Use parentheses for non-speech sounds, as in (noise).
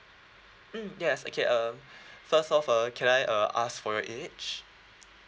mm yes okay um (breath) first off uh can I uh ask for your age